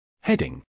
Heading